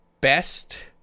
best